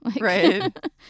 Right